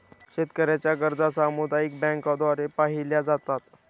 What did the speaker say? शेतकऱ्यांच्या गरजा सामुदायिक बँकांद्वारे पाहिल्या जातात